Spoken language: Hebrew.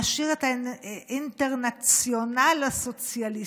לשיר את האינטרנציונל הסוציאליסטי.